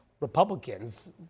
Republicans